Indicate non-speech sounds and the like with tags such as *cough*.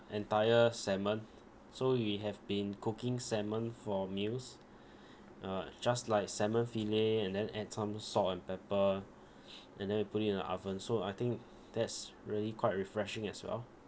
entire salmon so we have been cooking salmon for meals uh just like salmon fillet and then add some salt and pepper *noise* and then we put in the oven so I think that's really quite refreshing as well